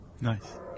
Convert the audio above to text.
Nice